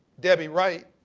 debbie wright,